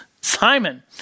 Simon